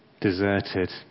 deserted